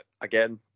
again